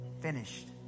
finished